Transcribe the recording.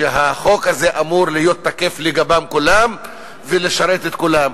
שהחוק הזה אמור להיות תקף לגבי כולם ולשרת את כולם.